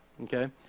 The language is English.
okay